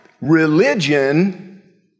religion